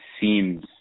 seems